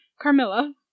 Carmilla